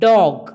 Dog